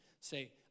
Say